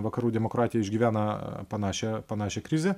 vakarų demokratija išgyvena panašią panašią krizę